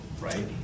right